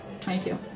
22